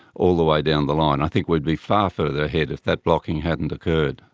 all the way down the line. i think we'd be far further ahead if that blocking hadn't occurred.